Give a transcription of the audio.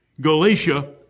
Galatia